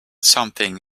something